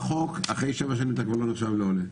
בחוק אחרי שבע שנים אתה כבר לא נחשב לעולה.